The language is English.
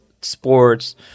sports